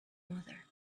mother